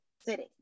city